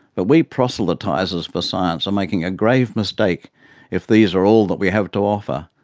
but we proselytisers for science are making a grave mistake if these are all that we have to offer,